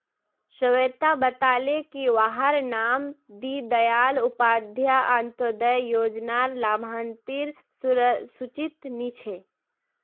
स्वेता बताले की वहार नाम दीं दयाल उपाध्याय अन्तोदय योज्नार लाभार्तिर सूचित नी छे